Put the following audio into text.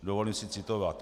Dovolím si citovat: